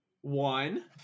One